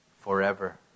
forever